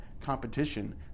competition